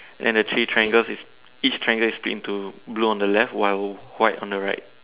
and the three triangles is each triangle is split into blue on the left while white on the right